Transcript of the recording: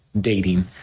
dating